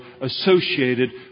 associated